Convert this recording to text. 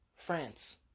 france